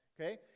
Okay